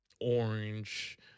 orange